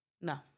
No